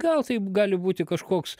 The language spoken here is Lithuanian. gal taip gali būti kažkoks